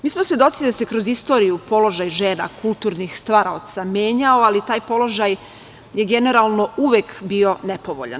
Mi smo svedoci da se kroz istoriju položaj žena, kulturnih stvaralaca, menjao, ali taj položaj je generalno uvek bio nepovoljan.